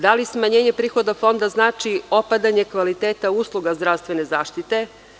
Da li smanjenje prihoda Fonda znači opadanje kvaliteta usluga zdravstvene zaštite?